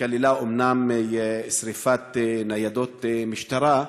שכללה אומנם שרפת ניידות משטרה,